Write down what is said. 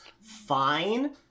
fine